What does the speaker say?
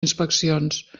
inspeccions